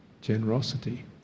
generosity